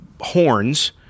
horns